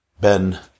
Ben